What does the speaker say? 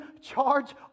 charge